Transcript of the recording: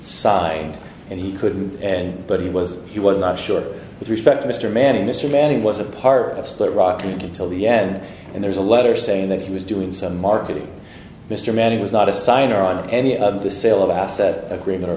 side and he couldn't and but he was he was not sure with respect to mr manning mr manning was a part of split rotten till the end and there's a letter saying that he was doing some marketing mr mann it was not a sign or on any of the sale of ask that agreement or